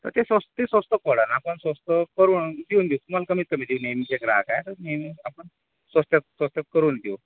तर ते स्वस्ति स्वस्त पडन आपण स्वस्त करून देऊन देऊ तुम्हाला कमी कमीत करून देऊ तुम्ही नेहमीचेच ग्राहक आहेत आपण स्वस्तात स्वस्त करून देऊ